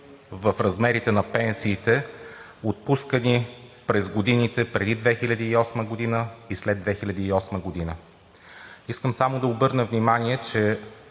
в размерите на пенсиите, отпускани през годините – преди 2008 г. и след 2008 г. Искам само да обърна внимание, че